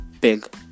big